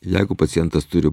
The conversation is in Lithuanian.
jeigu pacientas turi